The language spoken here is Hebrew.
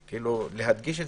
להדגיש,